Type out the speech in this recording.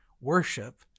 Worship